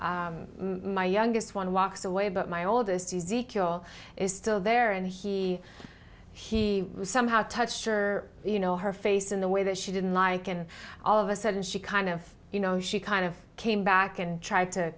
my youngest one walks away but my oldest easy cure is still there and he he somehow touched her you know her face in the way that she didn't like and all of a sudden she kind of you know she kind of came back and tr